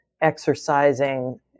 exercising